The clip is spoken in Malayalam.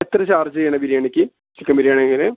എത്ര ചാർജ് ചെയ്യണത് ബിരിയാണിക്ക് ചിക്കൻ ബിരിയാണി എങ്ങനെ